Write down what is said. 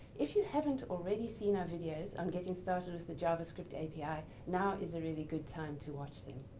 if you haven't already seen our videos on getting started with the javascript api, now is a really good time to watch them.